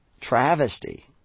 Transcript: travesty